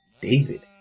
David